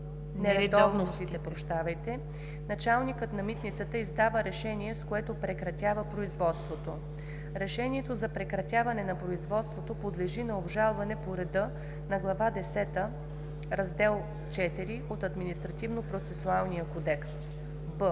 нередовностите началникът на митницата издава решение, с което прекратява производството. Решението за прекратяване на производството подлежи на обжалване по реда на Глава десета, Раздел IV от Административнопроцесуалния кодекс.“;